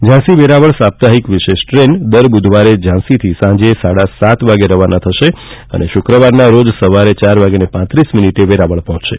ઝાંસી વેરાવળ સાપ્તાહિક વિશેષ ટ્રેન દર બુધવારે ઝાંસી થી સાંજે સાડા સાત વાગે કલાકે રવાના થશે અને શુક્રવારના રોજ સવારે ચારને પાંત્રીસે કલાકે વેરાવળ પહોંચશે